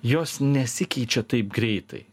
jos nesikeičia taip greitai